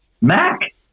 Mac